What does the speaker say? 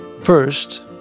First